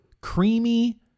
creamy